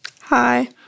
Hi